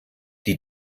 die